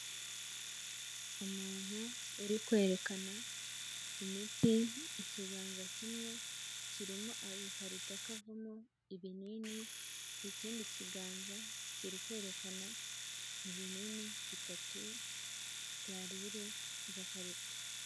Umuntu uri kwerekana imiti, ikiganza kimwe kirimo agakarito kavamo ibinini, ikindi kiganza kiri kwerekana ibinini bitatu, byari biri mu gakarito.